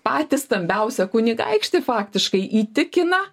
patį stambiausią kunigaikštį faktiškai įtikina